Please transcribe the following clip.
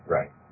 Right